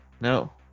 No